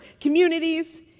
communities